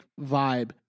vibe